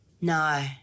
No